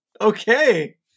Okay